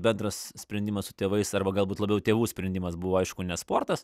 bendras sprendimas su tėvais arba galbūt labiau tėvų sprendimas buvo aišku ne sportas